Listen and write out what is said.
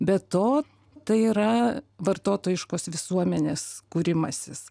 be to tai yra vartotojiškos visuomenės kūrimasis